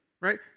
Right